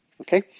Okay